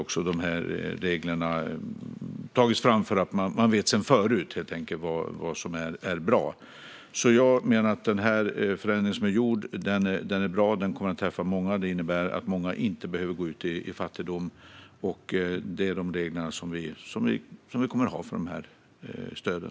Men vet sedan förut vad som är bra. Jag menar att den förändring som är gjord är bra och kommer att träffa många. Det innebär att många inte behöver gå ut i fattigdom. Det är de regler som vi kommer att ha för de här stöden.